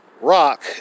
Rock